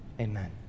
amen